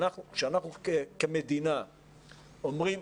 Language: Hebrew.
כשאנחנו כמדינה אומרים,